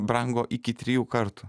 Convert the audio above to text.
brango iki trijų kartų